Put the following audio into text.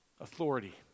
Authority